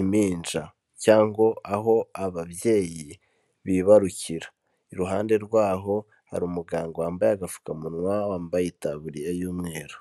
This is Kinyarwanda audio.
impinja cyangwa aho ababyeyi bibarukira, iruhande rw'aho hari umuganga wambaye agapfukamunwa, wambaye itaburiya y'umweru.